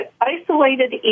isolated